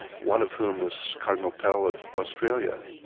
one of whom is cardinal pell of australia.